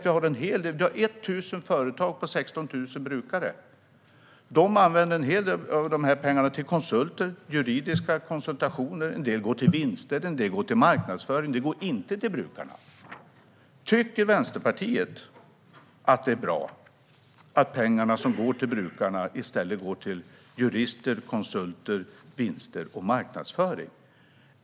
Vi har 1 000 företag med 16 000 brukare. De använder en hel del av pengarna till konsulter, till juridiska konsultationer. En del går till vinster och en del till marknadsföring, inte till brukarna. Tycker Vänsterpartiet att det är bra att pengarna som ska gå till brukarna i stället går till jurister, konsulter, vinster och marknadsföring?